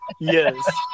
yes